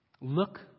Look